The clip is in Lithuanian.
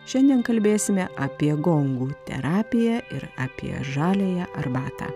šiandien kalbėsime apie gongų terapiją ir apie žaliąją arbatą